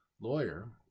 lawyer